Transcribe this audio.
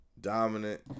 dominant